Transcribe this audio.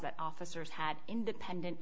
that officers had independent